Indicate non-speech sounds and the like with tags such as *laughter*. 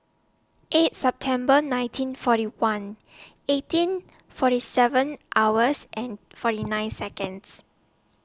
eight September nineteen forty one eighteen forty seven hours and forty *noise* nine Seconds